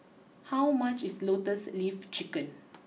how much is Lotus leaf Chicken